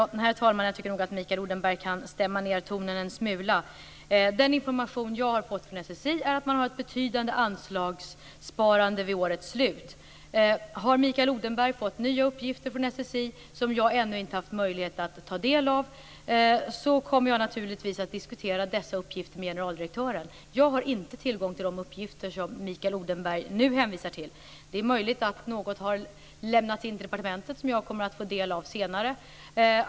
Herr talman! Jag tycker nog att Mikael Odenberg kan stämma ned tonen en smula. Den information som jag har fått från SSI är att man har ett betydande anslagssparande vid årets slut. som jag ännu inte har haft möjlighet att ta del av kommer jag naturligtvis att diskutera dessa uppgifter med generaldirektören. Jag har inte tillgång till de uppgifter som Mikael Odenberg nu hänvisar till. Det är möjligt att något har lämnats in till departementet och som jag kommer att få del av senare.